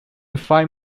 five